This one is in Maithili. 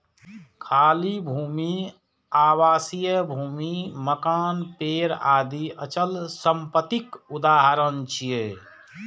खाली भूमि, आवासीय भूमि, मकान, पेड़ आदि अचल संपत्तिक उदाहरण छियै